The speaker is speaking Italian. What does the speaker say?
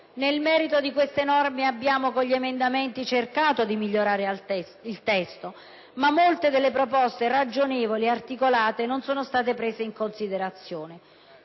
Nel merito di tali norme abbiamo cercato con gli emendamenti di migliorare il testo, ma molte proposte ragionevoli ed articolate non sono state prese in considerazione.